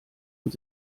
und